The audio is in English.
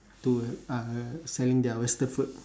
to uh selling their western food